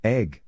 Egg